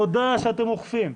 תודה שאתם אוכפים.